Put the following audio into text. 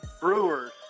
Brewers